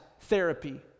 therapy